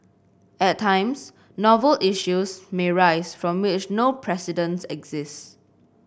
at times novel issues may arise from which no precedents exist